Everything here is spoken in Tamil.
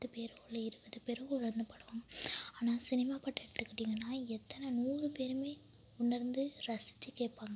பத்து பேர் இல்ல இருபது பேர் உணர்ந்து பாடுவாங்க ஆனால் சினிமா பாட்டை எடுத்துகிட்டீங்கன்னா எத்தனை நூறு பேரும் உணர்ந்து ரசித்து கேட்பாங்க